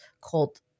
called